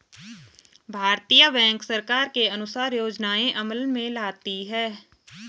भारतीय बैंक सरकार के अनुसार योजनाएं अमल में लाती है